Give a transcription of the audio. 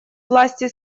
власти